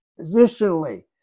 Positionally